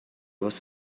was